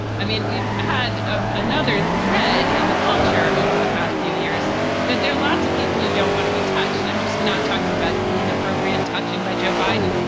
i mean, we've had another thread in the culture over the past few years that there are lots of people who don't want to be touched. and i'm just not talking about inappropriate touching by joe biden.